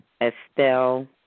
Estelle